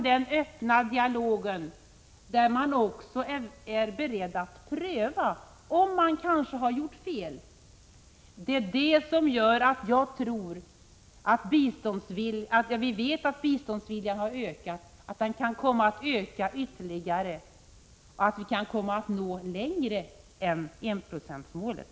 Den öppna dialogen, där man också är beredd att pröva om man kanske har gjort fel, gör att biståndsviljan ökat och kan komma att öka ytterligare så att vi kan nå längre än till enprocentsmålet.